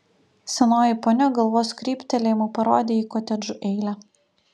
senoji ponia galvos kryptelėjimu parodė į kotedžų eilę